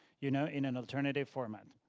you know, in an alternative format.